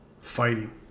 fighting